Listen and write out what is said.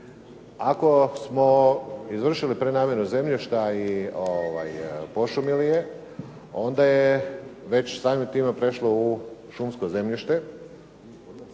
Ako smo izvršili prenamjenu zemljišta i pošumili je onda je već samim time prešlo u šumsko zemljište,